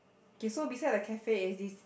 okay so beside the cafe is this